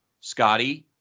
Scotty